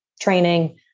training